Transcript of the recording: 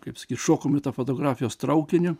kaip sakyt šokom į tą fotografijos traukinį